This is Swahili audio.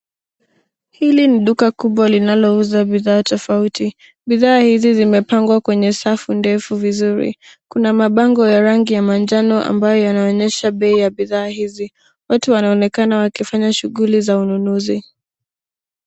Hili ni duka kubwa linalouza bidhaa tofauti. Bidhaa hizi zimepangwa kwenye safu ndefu vizuri. Kuna mabango ya rangi ya manjano ambayo yanaonyesha bei ya bidhaa hizi. Watu wanaonekana wakifanya shughuli za ununuzi.